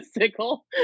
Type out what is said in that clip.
sickle